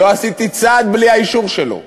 לא עשיתי צעד בלי האישור שלו.